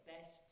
best